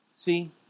See